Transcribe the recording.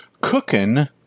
Cookin